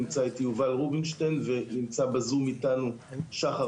נמצא איתי יובל רובינשטיין ונמצא בזום איתנו שחר